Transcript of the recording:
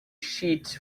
sheets